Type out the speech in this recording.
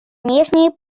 внешней